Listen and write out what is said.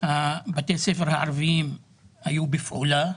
בתי הספר הערבים היו בפעולה,